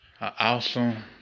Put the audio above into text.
awesome